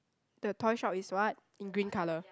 the toy shop is what in green colour